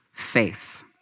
faith